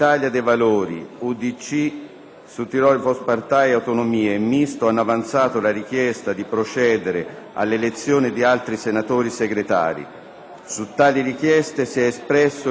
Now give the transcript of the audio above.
Valori, UDC, SVP e Autonomie e Misto hanno avanzato la richiesta di procedere all'elezione di altri senatori Segretari. Su tale richiesta si è espresso il Consiglio di Presidenza.